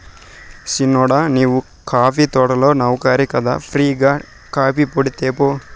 సిన్నోడా నీవు కాఫీ తోటల నౌకరి కదా ఫ్రీ గా కాఫీపొడి తేపో